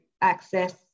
access